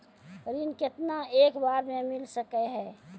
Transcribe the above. ऋण केतना एक बार मैं मिल सके हेय?